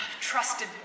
trusted